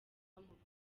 bamubwira